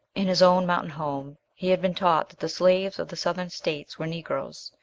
in his own mountain home he had been taught that the slaves of the southern states were negroes,